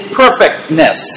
perfectness